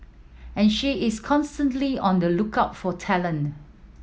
and she is constantly on the lookout for talent